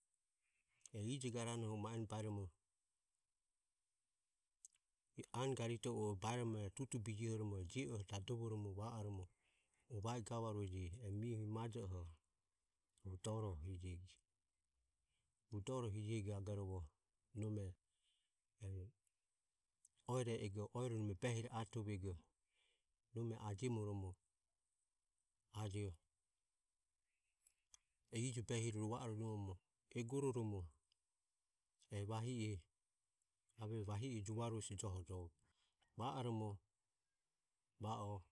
Ije garane anogarite beje ejie ero eho baeromo va oromo va orom jirehobe jirehobe va arueje va orom o o va arueje. Va onugoromo ohuro va o mie gave oho nome ma ori ahero va onovareje va ego hesi ohuro je oho rumobe juvoromo ohuro uvonovade aviahojo. Apome aviahojo ehi uvo ego nomero e ijo garane ma eno baeromo anogarito hu o baeromo tutubijiohoromo e je oho dadovoromo va oromo o va i gavarueje e mi majoho doro hijego. Hu doro hijego gagorovo nome e oero e ego oero behire atovego nome ajiomoromo ajio e ije behire rova orojomoromo egororomo e vahi e ave vahi e juvarue hesi joho jove. Va oromo va o